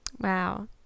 Wow